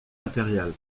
impériale